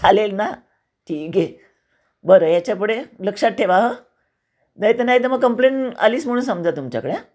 चालेल ना ठीक आहे बरं याच्यापुढे लक्षात ठेवा हं नाही तर नाही तर मग कंप्लेन आलीच म्हणून समजा तुमच्याकडं हा